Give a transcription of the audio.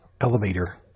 elevator